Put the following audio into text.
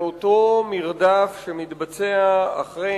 לאותו מרדף שמתבצע אחרי